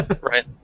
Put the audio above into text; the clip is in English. Right